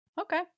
Okay